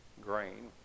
grain